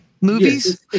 movies